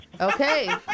Okay